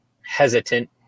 hesitant